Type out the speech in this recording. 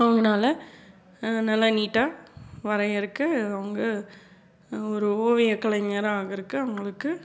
அவங்கனால நல்லா நீட்டாக வரையருதுக்கு அவங்க ஒரு ஓவிய கலைஞராக ஆகிறக்கு அவங்களுக்கு